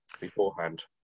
beforehand